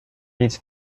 leads